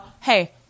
Hey